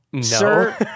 Sir